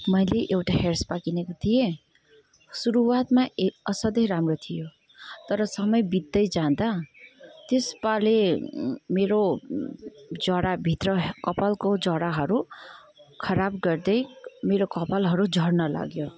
मैले एउटा hair spa किनेको थिएँ सुरुवातमा असाध्यै राम्रो थियो तर समय बित्दै जाँदा त्यस स्पाले मेरो जराभित्र कपालको जराहरू खराब गर्दै मेरो कपालहरू झर्न लाग्यो